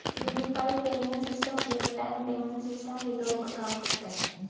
unified payment system real time payment system के तौर पर काम करता है